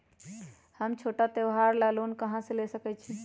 हम छोटा त्योहार ला लोन कहां से ले सकई छी?